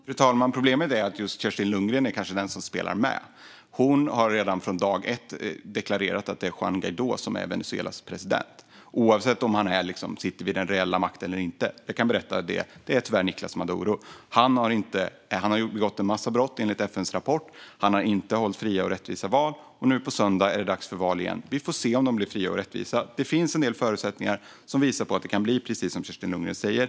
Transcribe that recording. Fru talman! Problemet är att just Kerstin Lundgren kanske är den som spelar med. Hon har redan från dag ett deklarerat att det är Juan Guaidó som är Venezuelas president, oavsett om han sitter vid den reella makten eller inte. Jag kan berätta att det tyvärr är Nicolás Maduro. Han har begått en massa brott, enligt FN:s rapport. Han har inte hållit fria och rättvisa val. Och nu på söndag är det dags för val igen. Vi får se om de blir fria och rättvisa. Det finns en del förutsättningar som visar att det kan bli precis som Kerstin Lundgren säger.